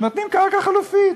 נותנים קרקע חלופית.